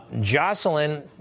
Jocelyn